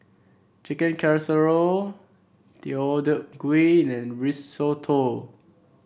Chicken Casserole Deodeok Gui and Risotto